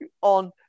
On